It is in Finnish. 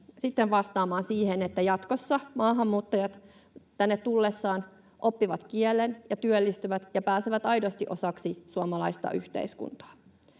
vastaamaan siihen, että jatkossa maahanmuuttajat tänne tullessaan oppivat kielen ja työllistyvät ja pääsevät aidosti osaksi suomalaista yhteiskuntaa.